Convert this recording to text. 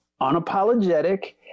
unapologetic